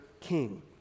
king